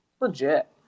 legit